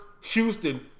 Houston